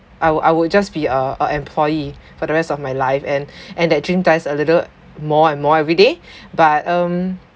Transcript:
I will I will just be uh a employee for the rest of my life and and that dream dies a little more and more every day but um